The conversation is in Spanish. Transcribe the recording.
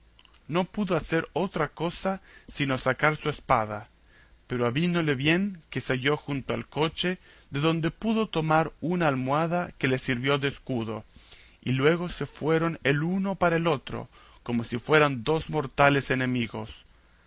no pudo hacer otra cosa sino sacar su espada pero avínole bien que se halló junto al coche de donde pudo tomar una almohada que le sirvió de escudo y luego se fueron el uno para el otro como si fueran dos mortales enemigos